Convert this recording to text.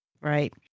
Right